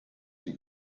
sie